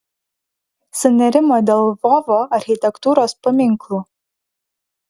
sunerimo dėl lvovo architektūros paminklų